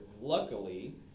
Luckily